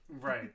Right